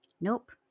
nope